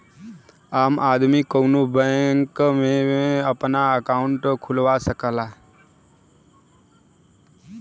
आम आदमी कउनो भी बैंक में आपन अंकाउट खुलवा सकला